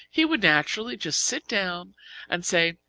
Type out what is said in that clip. he would naturally just sit down and say,